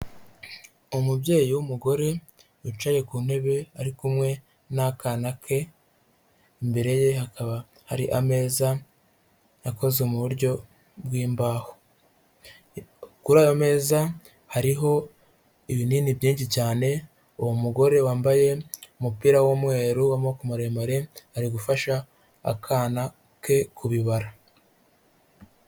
Umubyeyi w'umugore yicaye ku ntebe ari kumwe n'akana ke, imbere ye hakaba hari ameza yakozwe mu buryo bw'imbaho, kuri aya meza hariho ibinini byinshi cyane, uwo mugore wambaye umupira w'umweru w'amaboko maremare ari gufasha akana ke kubibara.